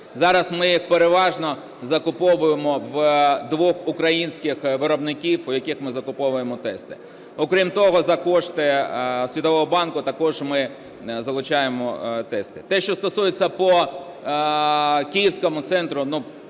Зараз ми їх переважно закуповуємо в двох українських виробників. Окрім того, за кошти Світового банку також ми залучаємо на тести. Те, що стосується по Київському центру.